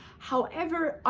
however,